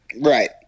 Right